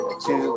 two